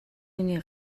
хүний